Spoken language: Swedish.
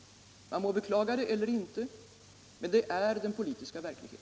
Man må beklaga det eller inte, men detta är alltså den politiska verkligheten.